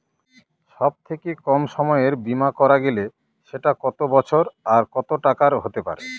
সব থেকে কম সময়ের বীমা করা গেলে সেটা কত বছর আর কত টাকার হতে পারে?